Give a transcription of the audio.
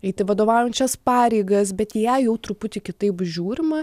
eiti vadovaujančias pareigas bet į ją jau truputį kitaip žiūrima